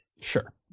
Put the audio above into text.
Sure